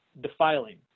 Defiling